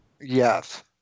Yes